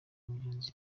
muneza